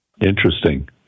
Interesting